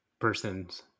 person's